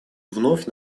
вновь